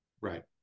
Right